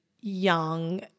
young